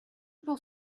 pour